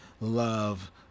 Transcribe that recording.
love